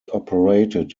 operated